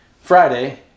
Friday